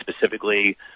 specifically